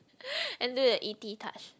and do the e_t touch